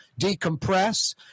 decompress